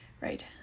right